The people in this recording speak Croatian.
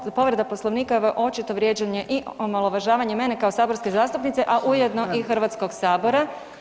Ovo je povreda Poslovnika, očito vrijeđanje i omalovažavanje mene kao saborske zastupnice, a ujedno i Hrvatskog sabora.